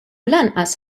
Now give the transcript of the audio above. lanqas